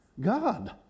God